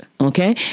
okay